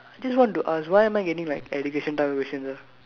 just want to ask why am I getting like education type of questions ah